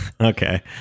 okay